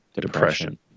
depression